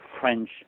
French